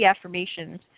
affirmations